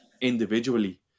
individually